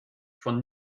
von